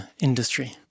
industry